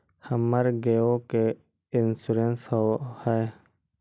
हमर गेयो के इंश्योरेंस होव है?